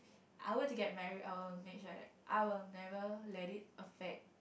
I will to get married our match right I will never let it affect